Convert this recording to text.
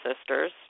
sisters